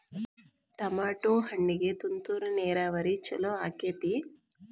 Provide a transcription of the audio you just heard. Tomato ಹಣ್ಣಿಗೆ ತುಂತುರು ನೇರಾವರಿ ಛಲೋ ಆಕ್ಕೆತಿ?